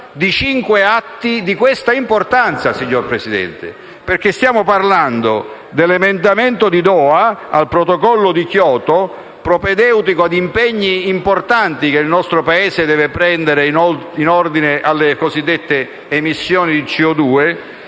di sei atti di tale importanza. Signor Presidente, stiamo parlando dell'emendamento di Doha al protocollo di Kyoto, propedeutico ad impegni importanti che il nostro Paese deve assumere in ordine alle cosiddette emissioni CO2;